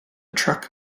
truck